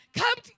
come